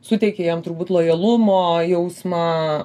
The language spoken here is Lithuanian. suteikia jiem turbūt lojalumo jausmą